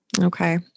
Okay